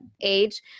age